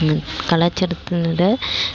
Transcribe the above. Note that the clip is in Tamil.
கலாச்சாரத்தினோட